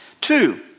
two